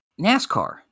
NASCAR